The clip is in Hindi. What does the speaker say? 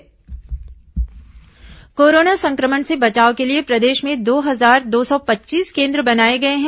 कोरोना जागरूकता कोरोना संक्रमण से बचाव के लिए प्रदेश में दो हजार दो सौ पच्चीस केन्द्र बनाए गए हैं